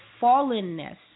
fallenness